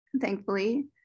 thankfully